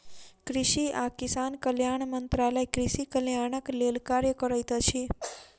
कृषि आ किसान कल्याण मंत्रालय कृषि कल्याणक लेल कार्य करैत अछि